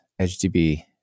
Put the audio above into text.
HDB